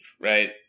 Right